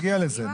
נגיע לזה.